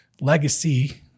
Legacy